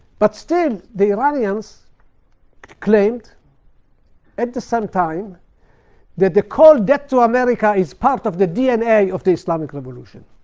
but still, the iranians claimed at the same time that the call death to america is part of the dna of the islamic revolution.